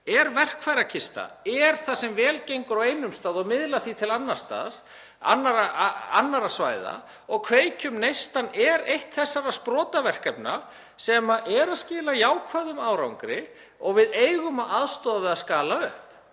er verkfærakista, það sem vel gengur á einum stað sem miðla þarf til annars staðar og annarra svæða. Kveikjum neistann er eitt þessara sprotaverkefna sem er að skila jákvæðum árangri og við eigum að aðstoða við að skala upp.